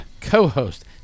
co-host